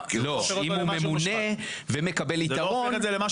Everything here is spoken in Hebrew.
לא, אם הוא ממונה ומקבל יתרון זה יתרון